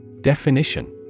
Definition